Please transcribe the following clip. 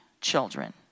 children